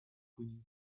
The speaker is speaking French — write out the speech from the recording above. connus